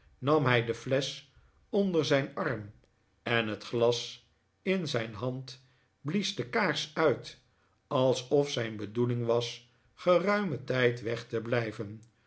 nam hij de flesch onder zijn arm en het glas in zijn hand blies de kaars uit alsof zijn bedoeling was geruimen tijd weg te blijven